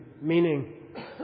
Meaning